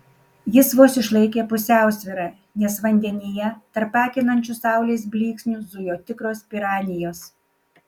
jis vos išlaikė pusiausvyrą nes vandenyje tarp akinančių saulės blyksnių zujo tikros piranijos